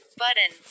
button